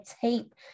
tape